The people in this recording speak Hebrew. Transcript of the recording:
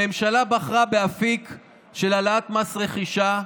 הממשלה בחרה באפיק של העלאת מס רכישה.